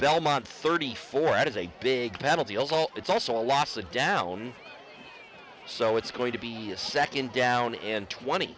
belmont thirty four ad is a big battle it's also a lhasa down so it's going to be a second down in twenty